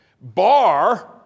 Bar